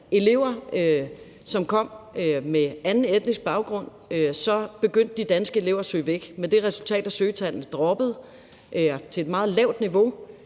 elever, som kom med en anden etnisk baggrund, så begyndte de danske elever at søge væk med det resultat, at søgetallene droppede til et meget lavt niveau,